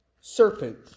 serpent